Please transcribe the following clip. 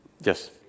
Yes